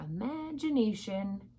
imagination